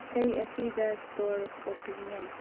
ꯏꯁꯩ ꯑꯁꯤꯗ ꯁ꯭ꯇꯣꯔ ꯑꯣꯄꯤꯅꯤꯌꯟ